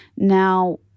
Now